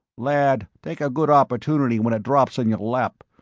lad, take a good opportunity when it drops in your lap.